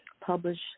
publish